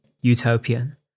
utopian